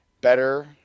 better –